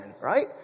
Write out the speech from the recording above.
right